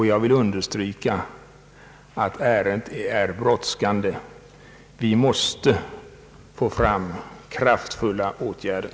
Jag vill understryka att ärendet är brådskande; det måste skyndsamt vidtas kraftfulla åtgärder.